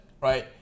right